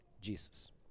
Jesus